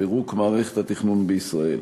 "פירוק מערכת התכנון בישראל".